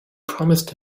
promised